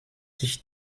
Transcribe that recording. sich